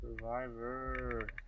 Survivor